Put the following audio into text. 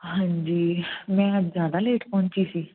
ਹਾਂਜੀ ਮੈਂ ਜ਼ਿਆਦਾ ਲੇਟ ਪਹੁੰਚੀ ਸੀ